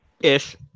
Ish